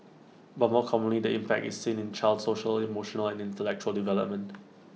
but more commonly the impact is seen in the child's social emotional and intellectual development